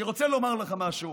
אני רוצה לומר לך משהו